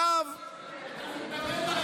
אתה מתנגד,